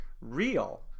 real